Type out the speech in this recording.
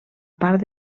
part